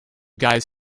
guys